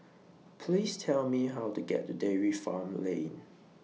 Please Tell Me How to get to Dairy Farm Lane